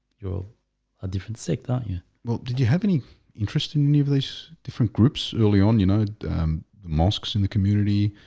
you're a different sector. yeah well, did you have any interest in any of these different groups early on you know the mosques in the community?